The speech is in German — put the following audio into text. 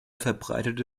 verbreitete